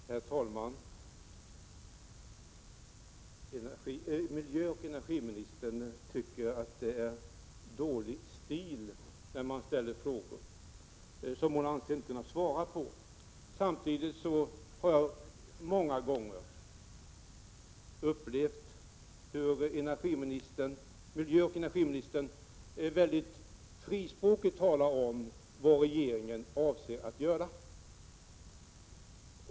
Herr talman! Miljöoch energiministern tycker att det är dålig stil när man ställer frågor som hon anser sig inte kunna svara på. Samtidigt vill jag säga att jag många gånger har upplevt hur miljöoch energiministern mycket frispråkigt talar om vad regeringen avser att göra.